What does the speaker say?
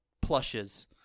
plushes